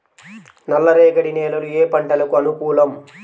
నల్లరేగడి నేలలు ఏ పంటలకు అనుకూలం?